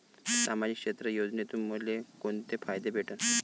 सामाजिक क्षेत्र योजनेतून मले कोंते फायदे भेटन?